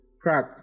crap